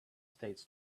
state